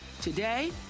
Today